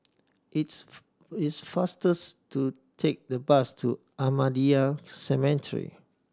it's it's faster to take the bus to Ahmadiyya Cemetery